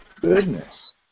goodness